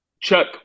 Chuck